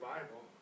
Bible